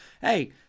hey